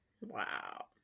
Wow